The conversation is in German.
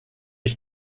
ich